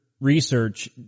research